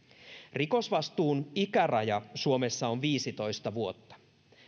rikosvastuun ikäraja suomessa on viisitoista vuotta